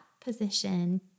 position